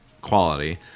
quality